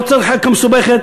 ולא צריך החלטה מסובכת,